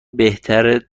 بهتره